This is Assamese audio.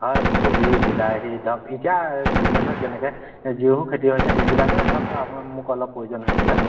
হয় কবি বিলাহী ধৰক এতিয়া চিজনত যেনেকৈ যিবোৰ খেতি হৈছে সেইবিলাকৈয়ে ধৰক আৰু আপোনাৰ মোক অলপ প্ৰয়োজন হৈছিলে